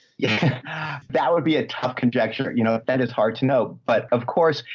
yeah that would be a tough conjecture, you know, that is hard to know, but of course,